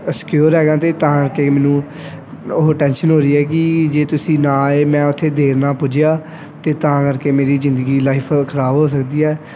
secure ਹੈਗਾ ਅਤੇ ਤਾਂ ਕਰਕੇ ਮੈਨੂੰ ਉਹ ਟੈਂਸ਼ਨ ਹੋ ਰਹੀ ਹੈ ਕਿ ਜੇ ਤੁਸੀਂ ਨਾ ਆਏ ਮੈਂ ਉੱਥੇ ਦੇਰ ਨਾਲ ਪੁੱਜਿਆ ਅਤੇ ਤਾਂ ਕਰਕੇ ਮੇਰੀ ਜ਼ਿੰਦਗੀ ਲਾਈਫ ਖਰਾਬ ਹੋ ਸਕਦੀ ਹੈ